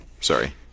Sorry